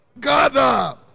Gather